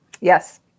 Yes